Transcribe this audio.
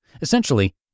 essentially